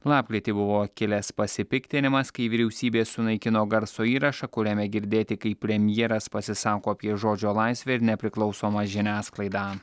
lapkritį buvo kilęs pasipiktinimas kai vyriausybė sunaikino garso įrašą kuriame girdėti kai premjeras pasisako apie žodžio laisvę ir nepriklausomą žiniasklaidą